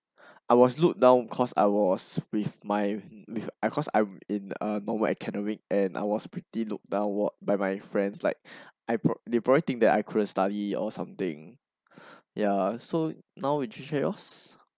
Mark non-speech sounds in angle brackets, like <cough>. I was looked down because I was with my with of cause I am in a normal academic and I was pretty looked downward by my friends like <breath> I prob they probably think that I couldn't study or something <breath> ya so now would you share your